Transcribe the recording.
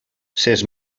ses